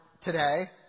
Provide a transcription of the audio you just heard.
today